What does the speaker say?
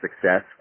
success